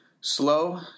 Slow